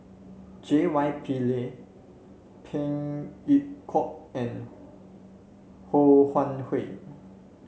J Y Pillay Phey Yew Kok and Ho Wan Hui